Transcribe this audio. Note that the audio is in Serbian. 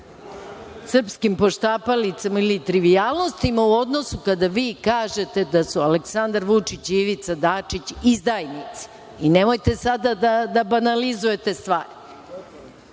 srpskim poštapalicama ili trivijalnostima u odnosu kada vi kažete da su Aleksandar Vučić i Ivica Dačić izdajnici. Nemojte sada da banalizujete stvari.(Dragan